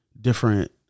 different